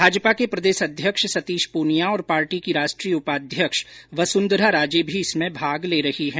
भाजपा के प्रदेश अध्यक्ष सतीश पूनिया और पार्टी की राष्ट्रीय उपाध्यक्ष वसुंधरा राजे भी इसमें भाग ले रही है